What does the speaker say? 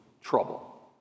trouble